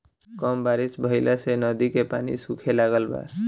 कम बारिश भईला से नदी के पानी सूखे लागल बा